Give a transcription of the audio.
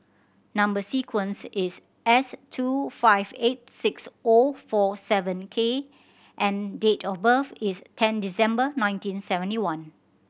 number sequence is S two five eight six O four seven K and date of birth is ten December nineteen seventy one